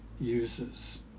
uses